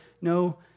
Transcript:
No